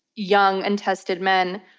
young, untested men,